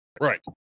right